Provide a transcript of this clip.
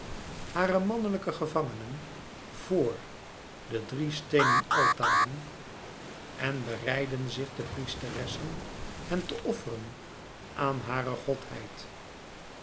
hare manlijke gevangenen vor de drie steenen altaren en bereidden zich de priesteressen hen te offeren aan hare godheid